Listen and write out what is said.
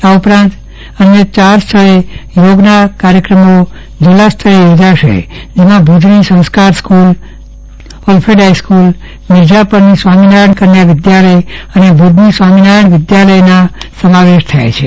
આ ઉપરાંત અન્ય ચાર સ્થળે થોગના કાર્યક્રમો જીલ્લા સ્તરે થોજાશે જેમાં ભુજની સંસ્કાર સ્ક્રલ ઓલ્ફેડ ફાઇસ્ક્રલ મિરઝાપરની સ્વામીનારાથણ કન્યા વિદ્યાલય અને ભુજની સ્વામીનારાયણ વિદ્યાલયનો સમાવેશ થાય છે